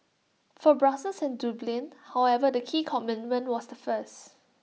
for Brussels and Dublin however the key commitment was the first